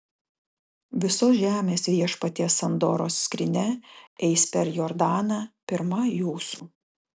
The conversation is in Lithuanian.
visos žemės viešpaties sandoros skrynia eis per jordaną pirma jūsų